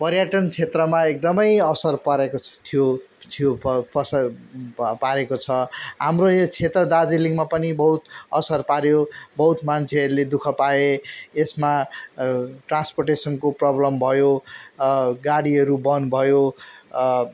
पर्यटन क्षेत्रमा एकदमै असर परेको थियो थियो असर पारेको छ हाम्रो यो क्षेत्र दार्जिलिङमा पनि बहुत असर पाऱ्यो बहुत मान्छेहरूले दुःख पाए यसमा ट्रान्सपोर्टेसनको प्रब्लम भयो गाडीहरू बन्द भयो